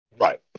right